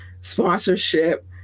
sponsorship